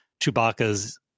Chewbacca's